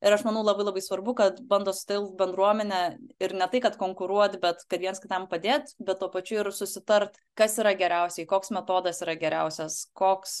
ir aš manau labai labai svarbu kad bando sutelkt bendruomenę ir ne tai kad konkuruot bet kad viens kitam padėt bet tuo pačiu ir susitarti kas yra geriausiai koks metodas yra geriausias koks